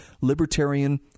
libertarian